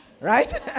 Right